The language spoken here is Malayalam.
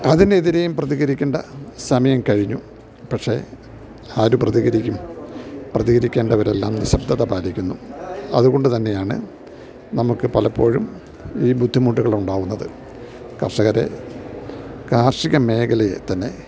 അതിനെതിരെയും പ്രതികരിക്കേണ്ട സമയം കഴിഞ്ഞു പക്ഷെ ആരു പ്രതികരിക്കും പ്രതികരിക്കേണ്ടവരെല്ലാം നിശ്ശബ്ദത പാലിക്കുന്നു അതുകൊണ്ടുതന്നെയാണു നമുക്കു പലപ്പോഴും ഈ ബുദ്ധിമുട്ടുകൾ ഉണ്ടാവുന്നത് കർഷകരെ കാർഷിക മേഖലയെ തന്നെ